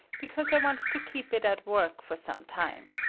because i want to keep it at work for some time.